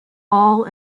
all